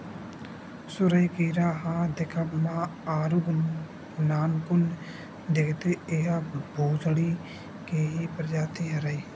सुरही कीरा ह दिखब म आरुग नानकुन दिखथे, ऐहा भूसड़ी के ही परजाति हरय